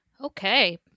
Okay